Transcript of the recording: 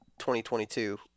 2022